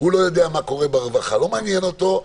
לא יודע מה קורה ברווחה, לא מעניין אותו.